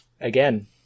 Again